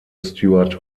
stuart